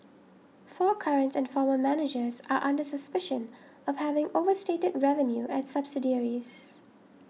four current and former managers are under suspicion of having overstated revenue at subsidiaries